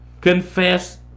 Confess